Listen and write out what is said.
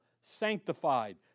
sanctified